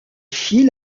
fit